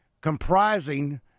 comprising